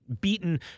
beaten